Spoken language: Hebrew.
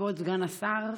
כבוד סגן השר,